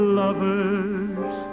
lovers